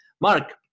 mark